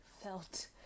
felt